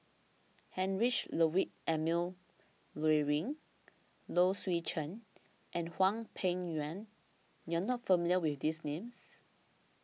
Heinrich Ludwig Emil Luering Low Swee Chen and Hwang Peng Yuan you are not familiar with these names